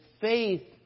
faith